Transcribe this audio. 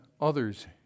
others